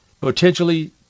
potentially